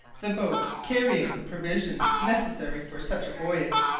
the boat, carrying the provisions necessary for such a voyage,